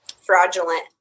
fraudulent